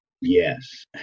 Yes